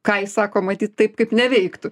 ką jis sako matyt taip kaip neveiktų